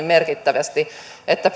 merkittävästi että